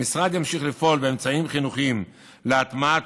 המשרד ימשיך לפעול באמצעים חינוכיים להטמעת